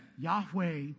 Yahweh